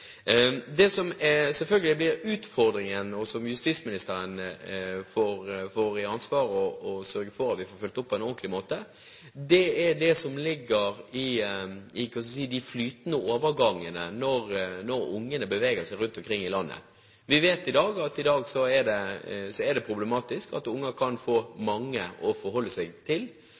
Det som selvfølgelig blir utfordringen, og som justisministeren får ansvaret for å sørge for at vi får fulgt opp på en ordentlig måte, er det som ligger i de flytende overgangene når barna beveger seg rundt omkring i landet. Vi vet at i dag er det problematisk at barn kan få mange å forholde seg til.